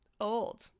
old